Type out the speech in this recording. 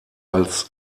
als